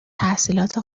تحصیلات